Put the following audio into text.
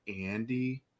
Andy